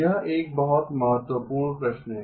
यह एक बहुत महत्वपूर्ण प्रश्न है